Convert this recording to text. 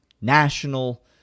national